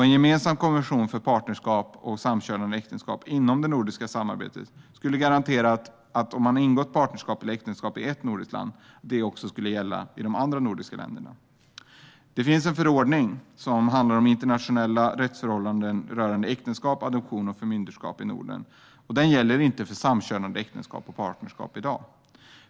En gemensam konvention för partnerskap och samkönade äktenskap inom det nordiska samarbetet skulle garantera att partnerskap eller äktenskap ingånget i ett land också ska gälla i de andra nordiska länderna. Det finns en förordning som handlar om internationella rättsförhållanden rörande äktenskap, adoption och förmyndarskap i Norden. Den gäller i dag inte för samkönade äktenskap och partnerskap.